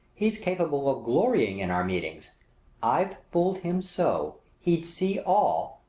he's capable of glorying in our meetings i've fooled him so, he'd see all,